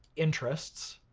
interests,